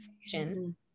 fiction